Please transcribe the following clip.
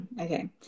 Okay